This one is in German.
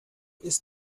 ist